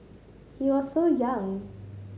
he was so young